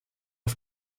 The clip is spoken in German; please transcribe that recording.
auf